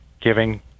giving